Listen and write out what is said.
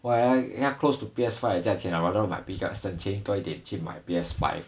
!wah! eh 他这样 close to P_S_five 的价钱 I rather 我省钱多一点买 P_S_five